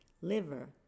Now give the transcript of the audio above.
liver